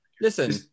listen